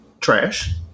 trash